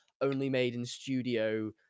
only-made-in-studio